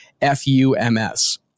F-U-M-S